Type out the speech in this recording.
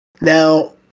Now